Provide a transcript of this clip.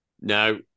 No